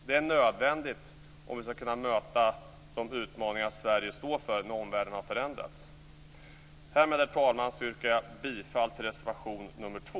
Det är nödvändigt om vi skall kunna möta de utmaningar som Sverige står inför när omvärlden har förändrats. Härmed, herr talman, yrkar jag bifall till reservation nr 2.